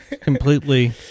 completely